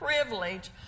privilege